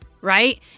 right